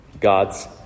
God's